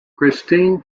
kristine